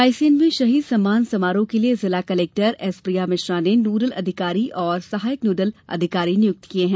रायसेन में शहीद सम्मान समारोह के लिए जिला कलेक्टर श्रीमती एस प्रिया मिश्रा ने नोडल अधिकारी तथा सहायक नोडल अधिकारी नियुक्त किए हैं